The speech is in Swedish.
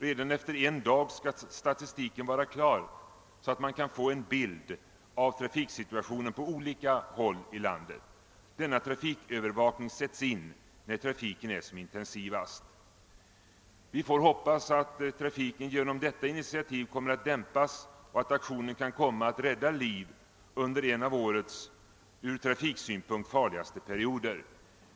Redan efter en dag skall statistiken vara klar så att man kan få en bild av trafiksituationen på olika håll i landet. Denna trafikövervakning sätts in, när trafiken är som intensivast. Vi får hoppas att trafiken genom detta initiativ kommer att dämpas och att ak : tionen kan komma att rädda liv under en av årets från trafiksynpunkt farligaste perioder.